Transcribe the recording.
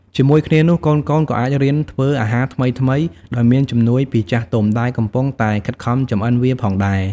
ជាមួយគ្នានោះ កូនៗក៏អាចរៀនធ្វើអាហារថ្មីៗដោយមានជំនួយពីចាស់ទុំ ដែលកំពុងតែខិតខំចម្អិនវាផងដែរ ។